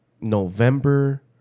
November